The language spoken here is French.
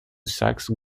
saxe